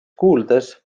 kuuldes